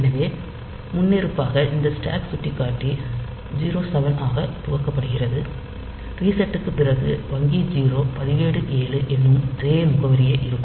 எனவே முன்னிருப்பாக இந்த ஸ்டாக் சுட்டிக்காட்டி 07 ஆக துவக்கப்படுகிறது ரீசெட் க்குப் பிறகு வங்கி 0 பதிவேடு 7 என்னும் அதே முகவரியே இருக்கும்